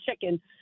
chicken